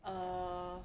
err